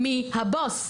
מי הבוס?